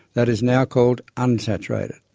that is now called unsaturated.